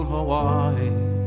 Hawaii